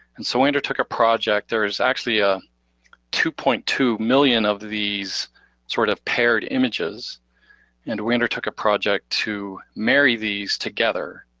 and so i undertook a project, there's actually a two point two million of these sort of paired images and we undertook a project to marry these together